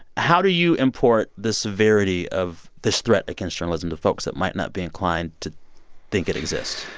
how do you import the severity of this threat against journalism to folks that might not be inclined to think it exists?